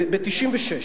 ב-1996.